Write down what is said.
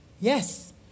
Yes